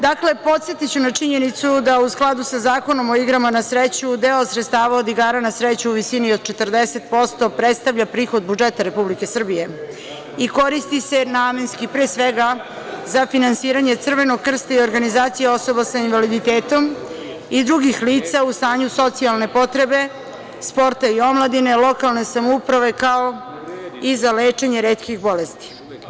Dakle, podsetiću na činjenicu da u skladu sa Zakonom o igrama na sreću deo sredstava od igara na sreću u visini od 40% predstavlja prihod budžeta Republike Srbije i koristi se namenski, pre svega, za finansiranje Crvenog Krsta i Organizacije osoba sa invaliditetom i drugih lica u stanju socijalne potrebe, sporta i omladine, lokalne samouprave, kao i za lečenje retkih bolesti.